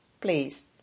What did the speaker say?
please